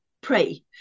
pray